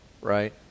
right